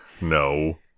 no